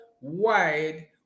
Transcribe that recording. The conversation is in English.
wide